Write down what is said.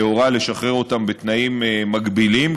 וזה הורה לשחרר אותם בתנאים מגבילים,